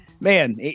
Man